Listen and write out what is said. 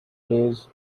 days